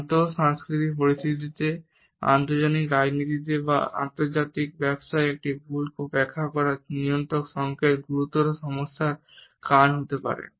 আন্তঃসাংস্কৃতিক পরিস্থিতিতে আন্তর্জাতিক রাজনীতিতে বা আন্তর্জাতিক ব্যবসায় একটি ভুল ব্যাখ্যা করা নিয়ন্ত্রক সংকেত গুরুতর সমস্যার কারণ হতে পারে